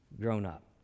grown-up